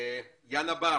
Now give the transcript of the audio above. יאנה בר